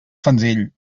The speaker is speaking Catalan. senzill